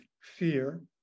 fear